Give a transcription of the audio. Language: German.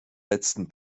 letzten